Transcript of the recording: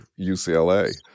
ucla